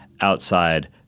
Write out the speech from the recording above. outside